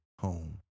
home